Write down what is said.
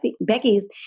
Becky's